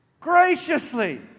graciously